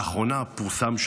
לאחרונה פורסם,